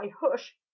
hush